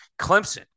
Clemson